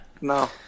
no